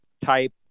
type